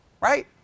right